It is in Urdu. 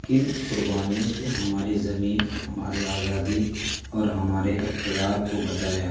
کن قربانیوں سے ہماری زمین ہماری آزادی اور ہمارے اقتدار کو بچایا